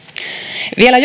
vielä